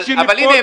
אבל הינה,